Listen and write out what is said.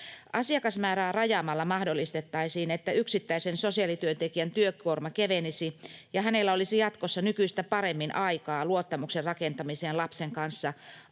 Asiakasmäärää rajaamalla mahdollistettaisiin, että yksittäisen sosiaalityöntekijän työkuorma kevenisi ja hänellä olisi jatkossa nykyistä paremmin aikaa luottamuksen rakentamiseen lapsen kanssa, aikaa